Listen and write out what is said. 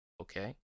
Okay